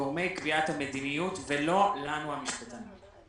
לגורמי קביעת המדיניות ולא לנו המשפטנים.